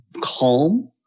calm